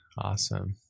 Awesome